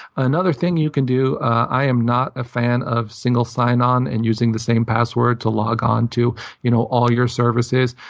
another thing you can do. i am not a fan of single sign-on and using the same password to log onto you know all your services.